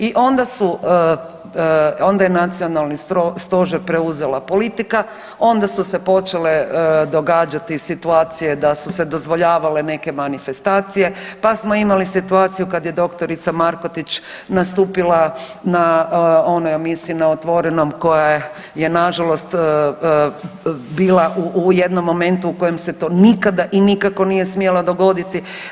I onda su, onda je nacionalni stožer preuzela politika, onda su se počele događati situacije da su se dozvoljavale neke manifestacije, pa smo imali situaciju kad je doktorica Markotić nastupila na onoj emisiji na otvorenom koja je nažalost bila u jednom momentu u kojem se to nikada i nikako nije smjelo dogoditi.